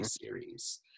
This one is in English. series